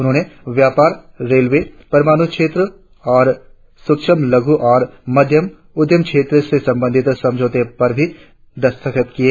उन्होंने व्यापार रेलवे परमाणु क्षेत्र और सूक्ष्मलघु और मध्यम उद्यम क्षेत्र से संबंधित संझौतों पर भी दस्तखत किए